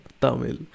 Tamil